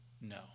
no